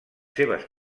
seves